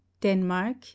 Denmark